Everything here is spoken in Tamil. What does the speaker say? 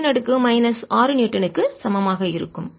70 10 6 நியூட்டனுக்கு க்கு சமம் ஆக இருக்கும்